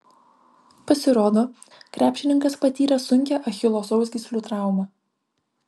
pasirodo krepšininkas patyrė sunkią achilo sausgyslių traumą